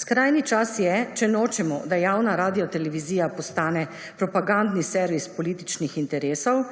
Skrajni čas je, če nočemo, da javna radiotelevizija postane propagandni servis političnih interesov,